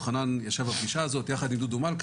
חנן ישב בפגישה הזאת יחד עם דודו מלכא,